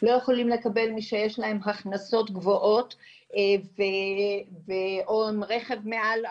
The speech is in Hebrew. לא יכולים לקבל מי שיש להם הכנסות גבוהות או עם רכב מעל.